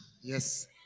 yes